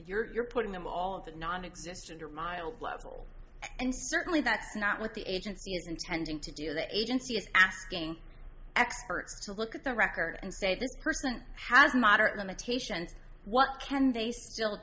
if you're putting them all of the nonexistent or mild level and certainly that's not what the agency is intending to do the agency is asking experts to look at the record and say this person has moderate limitations what can they still